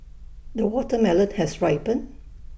the watermelon has ripened